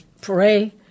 pray